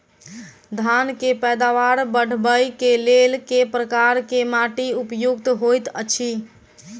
धान केँ पैदावार बढ़बई केँ लेल केँ प्रकार केँ माटि उपयुक्त होइत अछि?